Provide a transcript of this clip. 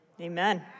Amen